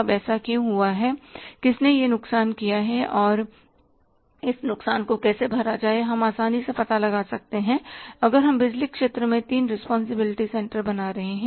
अब ऐसा क्यों हुआ है किसने यह नुकसान क्या है और इस नुकसान को कैसे भरा जाए हम आसानी से पता लगा सकते हैं अगर हम बिजली क्षेत्र में 3 रिस्पांसिबिलिटी सेंटर बना रहे हैं